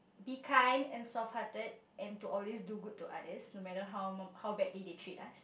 be kind and soft hearted and to always do good to others no matter how how badly they treat us